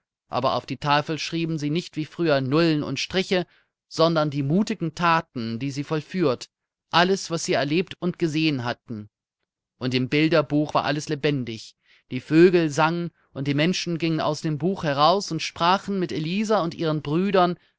aber auf die tafel schrieben sie nicht wie früher nullen und striche sondern die mutigen thaten die sie vollführt alles was sie erlebt und gesehen hatten und im bilderbuch war alles lebendig die vögel sangen und die menschen gingen aus dem buch heraus und sprachen mit elisa und ihren brüdern